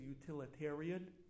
utilitarian